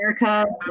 America